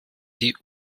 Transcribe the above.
die